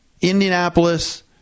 Indianapolis